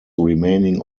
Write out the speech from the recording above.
remaining